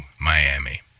Miami